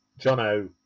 Jono